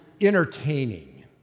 entertaining